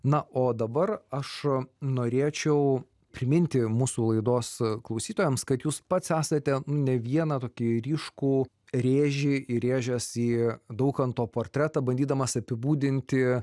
na o dabar aš norėčiau priminti mūsų laidos klausytojams kad jūs pats esate ne vieną tokį ryškų rėžį įrėžęs į daukanto portretą bandydamas apibūdinti